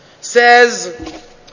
says